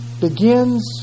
begins